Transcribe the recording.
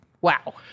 Wow